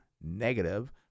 negative